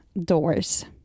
doors